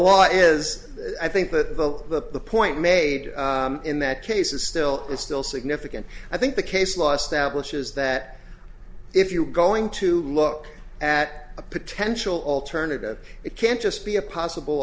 law is i think that well the point made in that case is still it's still significant i think the case law stablish is that if you're going to look at a potential alternative it can't just be a possible